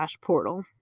portal